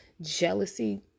Jealousy